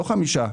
לא חמישה,